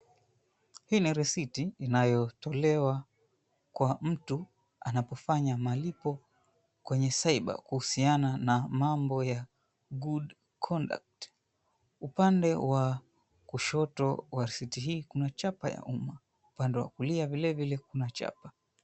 Hii ni risiti inayotolewa kwa mtu anapofanya malipo kwenye cyber kuhusiana na mambo ya good conduct . Upande wa kushoto wa sheet hii kuna chapa ya umma. Upande wa kulia vile vile kuna chapa.